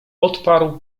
odparł